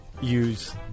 Use